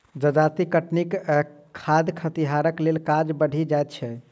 जजाति कटनीक बाद खतिहरक लेल काज बढ़ि जाइत छै